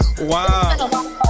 Wow